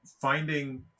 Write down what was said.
finding